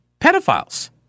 pedophiles